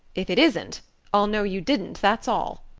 if it isn't i'll know you didn't, that's all!